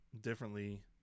differently